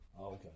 Okay